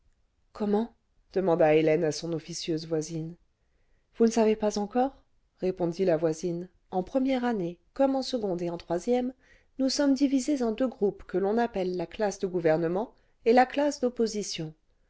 comment demanda hélène à son officieuse voisine vous ne savez pas encore répondit la voisine en première année comme en seconde et en troisième nous sommes divisées en deux groupes que l'on appelle la classe de gouvernement et la classe d